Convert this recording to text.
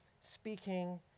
speaking